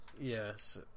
Yes